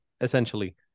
essentially